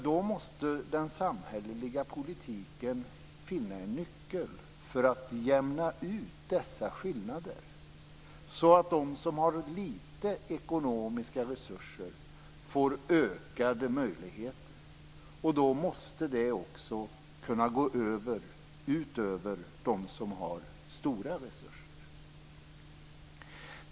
Då måste den samhälleliga politiken finna en nyckel för att jämna ut dessa skillnader så att de som har litet av ekonomiska resurser får ökade möjligheter och det måste kunna gå ut över dem som har stora resurser.